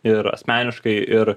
ir asmeniškai ir